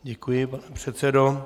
Děkuji, pane předsedo.